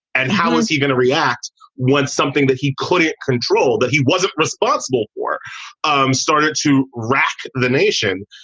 and how is he going to react when something that he couldn't control, that he wasn't responsible for um started to wrack the nation?